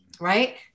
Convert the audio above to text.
Right